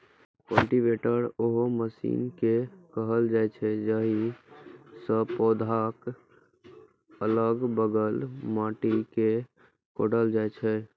cultivator ओहि machine कें कहल जाइ छै, जाहि सं पौधाक अलग बगल माटि कें कोड़ल जाइ छै